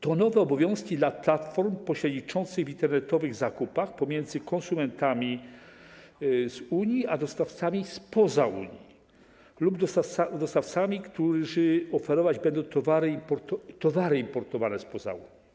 To nowe obowiązki dla platform pośredniczących w internetowych zakupach pomiędzy konsumentami z Unii a dostawcami spoza Unii lub dostawcami, którzy oferować będą towary importowane spoza Unii.